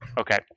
Okay